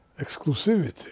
exclusivity